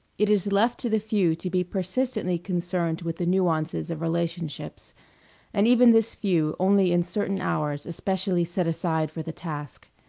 it is left to the few to be persistently concerned with the nuances of relationships and even this few only in certain hours especially set aside for the task.